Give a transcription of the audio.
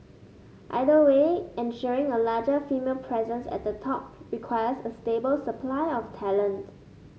either way ensuring a larger female presence at the top requires a stable supply of talent